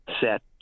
set